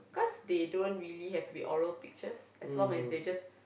cause they don't really have to be oral pictures as long as they just